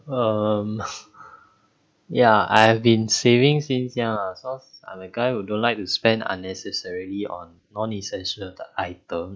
um yeah I have been saving since young ah so I'm a guy who don't like to spend unnecessarily on non essential item